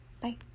Bye